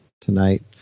tonight